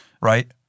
right